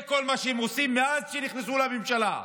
זה כל מה שהם עושים מאז שנכנסו לממשלה.